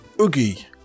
Oogie